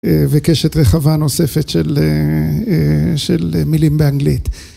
וקשת רחבה נוספת של מילים באנגלית.